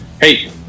Hey